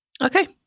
Okay